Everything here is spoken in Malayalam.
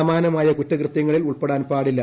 സമാനമായ കുറ്റകൃതൃങ്ങളിൽ ഉൾപ്പെടാൻ പാടില്ല